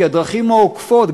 כי הדרכים העוקפות,